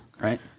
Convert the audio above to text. Right